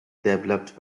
developed